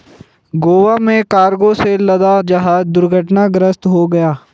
गोवा में कार्गो से लदा जहाज दुर्घटनाग्रस्त हो गया